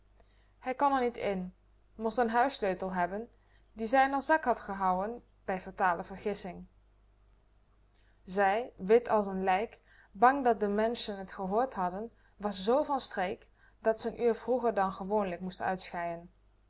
hij kon r niet in most den huissleutel hebben dien zij in r zak had gehouen bij fatale vergissing zij wit als n lijk bang dat de menschen t gehoord hadden was zoo van streek dat ze n uur vroeger dan gewoonlijk moest uitscheien